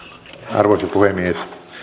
arvoisa puhemies